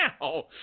now